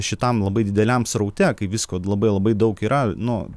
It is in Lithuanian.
šitam labai dideliam sraute kai visko labai labai daug yra nu